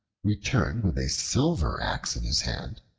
returned with a silver axe in his hand,